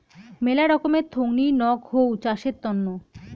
মেলা রকমের থোঙনি নক হউ চাষের তন্ন